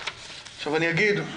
אני אגיד,